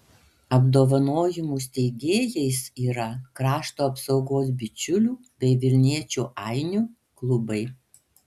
apdovanojimų steigėjais yra krašto apsaugos bičiulių bei vilniečių ainių klubai